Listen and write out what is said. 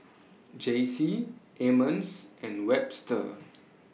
Jaycie Emmons and Webster